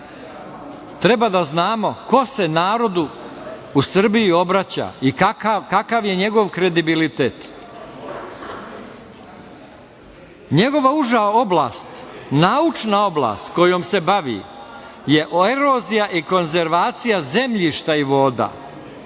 treba da znamo ko se narodu u Srbiji obraća i kakav je njegov kredibilitet. Njegova uža oblast, naučna oblast kojom se bavi je erozija i konzervacija zemljišta i voda.